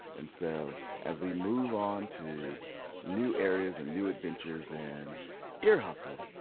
and so as we move on to new areas and new adventures and ear hustle,